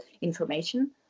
information